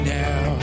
now